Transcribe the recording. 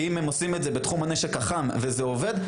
כי אם הם עושים את זה בתחום הנשק החם וזה עובד,